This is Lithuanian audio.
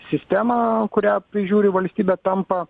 sistema kurią prižiūri valstybė tampa